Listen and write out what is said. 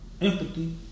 empathy